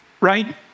right